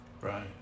Right